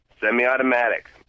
semi-automatic